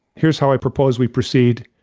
here's how i propose we proceed,